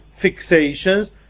fixations